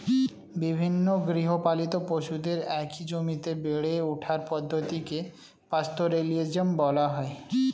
বিভিন্ন গৃহপালিত পশুদের একই জমিতে বেড়ে ওঠার পদ্ধতিকে পাস্তোরেলিজম বলা হয়